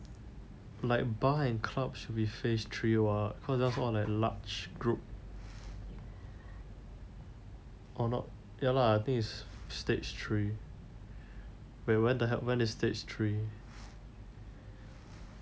like bar and club should be phase three [what] because that [one] like large group ya lah I think it's stage three wait [what] then when is stage three